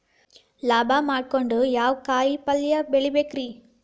ಲಾಭ ಮಾಡಕೊಂಡ್ರ ಯಾವ ಕಾಯಿಪಲ್ಯ ಬೆಳಿಬೇಕ್ರೇ?